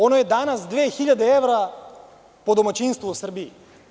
Ono je danas dve hiljade evra po domaćinstvu u Srbiji.